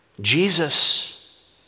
Jesus